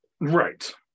Right